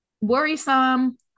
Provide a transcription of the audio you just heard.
worrisome